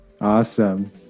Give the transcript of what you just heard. Awesome